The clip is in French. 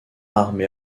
armée